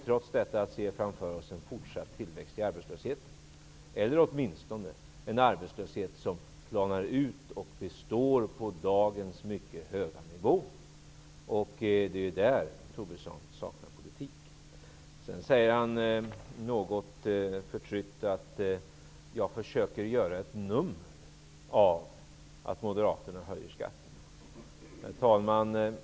Trots detta kan vi se framför oss en fortsatt tillväxt i arbetslösheten, eller åtminstone en arbetslöshet som planar ut och består på dagens mycket höga nivå. Det är ju där som Lars Tobisson saknar politik. Sedan sade Lars Tobisson något förtrytsamt att jag försöker att göra ett nummer av att moderaterna höjer skatterna. Herr talman!